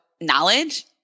knowledge